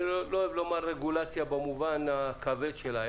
אני לא אוהב לומר רגולציה במובן הכבד שלה,